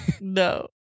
No